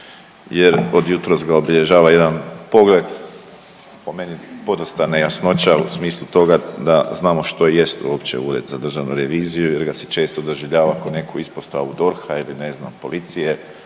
jer od jutros ga obilježava jedan pogled, po meni podosta nejasnoća u smislu toga da znamo što jest uopće Ured za državnu reviziju jer ga se često doživljava kao neku ispostavu DORH-a ili ne